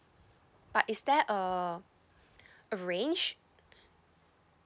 but is there um a range